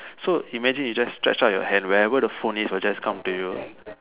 so imagine you just stretch out your hand wherever the phone is will just come to you